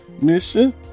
Mission